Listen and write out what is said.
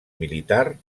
militar